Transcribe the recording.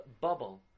bubble